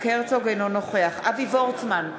אינו נוכח אבי וורצמן,